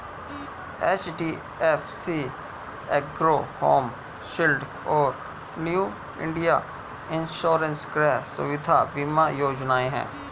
HDFC Ergo Home Shield और New India Insurance गृह सुविधा बीमा योजनाएं हैं